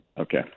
Okay